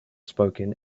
spoken